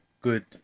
good